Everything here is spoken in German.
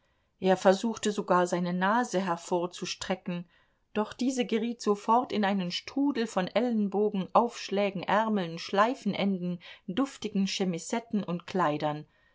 er versuchte sogar seine nase hervorzustrecken doch diese geriet sofort in einen strudel von ellenbogen aufschlägen ärmeln schleifenenden duftigen chemisetten und kleidern